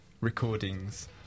recordings